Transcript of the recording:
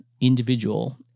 individual